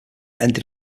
ended